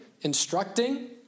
instructing